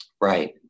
Right